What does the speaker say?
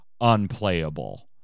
unplayable